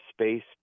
space